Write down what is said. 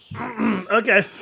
Okay